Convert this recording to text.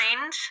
mind